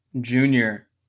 junior